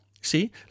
See